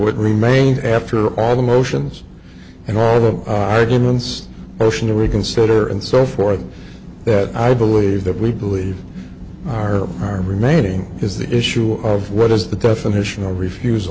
would remain after all the motions and all the arguments ocean to reconsider and so forth that i believe that we believe are our remaining is the issue of what is the definition of refus